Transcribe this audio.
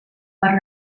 per